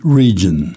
region